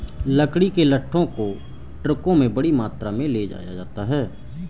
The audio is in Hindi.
लकड़ी के लट्ठों को ट्रकों में बड़ी मात्रा में ले जाया जाता है